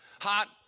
hot